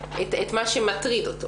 את מה שמטריד אותו.